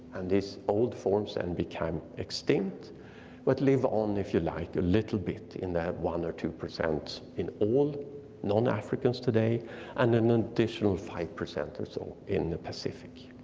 and these old forms then and became extinct but live on if you like, a little bit, in that one or two percent in all non-africans today and an additional five percent or so in the pacific.